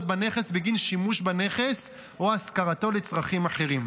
בנכס בגין שימוש בנכס או השכרתו לצרכים אחרים.